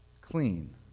clean